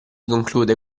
conclude